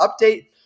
update